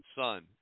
son